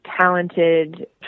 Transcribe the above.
talented